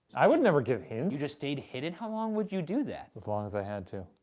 i would never give hints. you just stayed hidden? how long would you do that? as long as i had to.